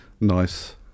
nice